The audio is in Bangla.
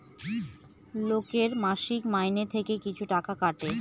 লোকের মাসিক মাইনে থেকে কিছু টাকা কাটে